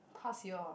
how's your